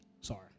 Sorry